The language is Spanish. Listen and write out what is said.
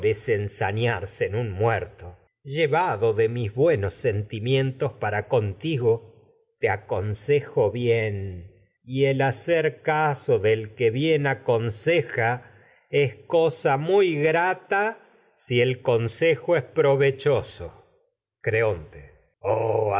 es ensañarse en un muerto llevado de mis y buenos sentimientos para contigo te aconsejo bien es el hacer caso del que bien aconseja cosa muy grata si el consejo es provechoso creonte